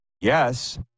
Yes